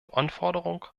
anforderung